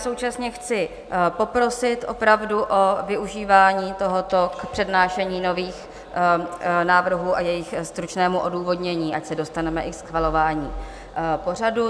Současně chci poprosit opravdu o využívání tohoto přednášení nových návrhů a jejich stručnému odůvodnění, ať se dostaneme i k schvalování pořadu.